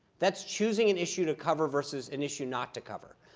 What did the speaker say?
that's choosing an issue to cover versus an issue not to cover.